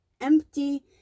empty